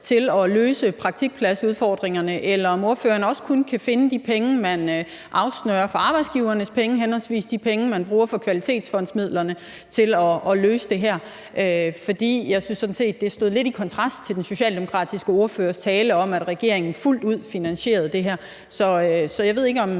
til at løse praktikpladsudfordringerne, eller om ordføreren også kun kan finde henholdsvis de penge, man afsnører arbejdsgiverne, og de penge, man bruger fra kvalitetsfondsmidlerne, til at løse det her. For jeg synes sådan set, at det står lidt i kontrast til den socialdemokratiske ordførers tale om, at regeringen fuldt ud finansierer det her. Så jeg ved ikke, om